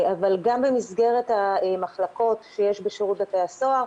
אבל גם במסגרת המחלקות שיש בשירות בתי הסוהר